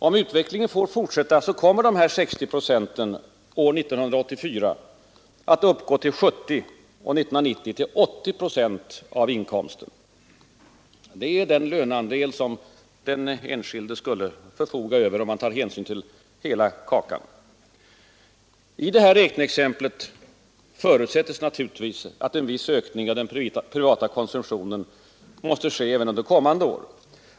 Om utvecklingen får fortsätta, kommer dessa 60 procent att år 1984 uppgå till 70 och 1990 till 80 procent av inkomsten. Dessa siffror visar vilken liten löneandel som den enskilde skulle få förfoga över om man tar hänsyn till hela den samlade ”lönekakan”. I detta räkneexempel förutsätts naturligtvis att en viss ökning av den privata konsumtionen måste ske även under kommande år.